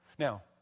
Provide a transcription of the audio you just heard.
Now